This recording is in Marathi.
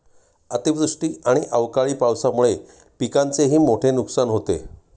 अतिवृष्टी आणि अवकाळी पावसामुळे पिकांचेही मोठे नुकसान होते